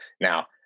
now